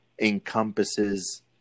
encompasses